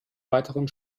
weiteren